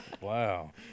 Wow